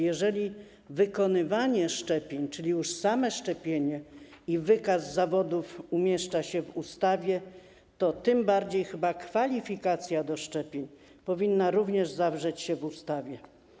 Jeżeli wykonywanie szczepień, czyli już samo szczepienie, i wykaz zawodów umieszcza się w ustawie, to chyba tym bardziej kwalifikacja do szczepień powinna również zawrzeć się w ustawie.